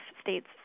states